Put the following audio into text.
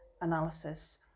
analysis